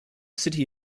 city